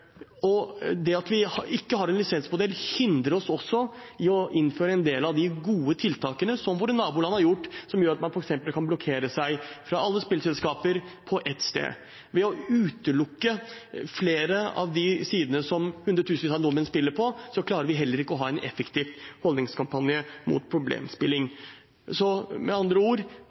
Det at vi ikke har en lisensmodell, hindrer oss også i å innføre en del av de gode tiltakene våre naboland har gjort, som gjør at man f.eks. kan blokkere seg fra alle spillselskaper på ett sted. Ved å utelukke flere av de sidene som hundretusenvis av nordmenn spiller på, klarer vi heller ikke å ha en effektiv holdningskampanje mot problemspilling. Med andre ord: